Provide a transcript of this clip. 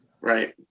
right